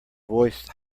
voice